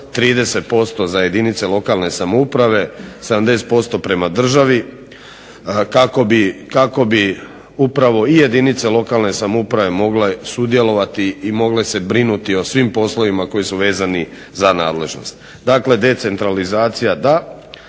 30% za jedinice lokalne samouprave, 70% prema državi kako bi upravo i jedinice lokalne samouprave mogle sudjelovati i mogle se brinuti o svim poslovima koji su vezani za nadležnost. Dakle decentralizacija da,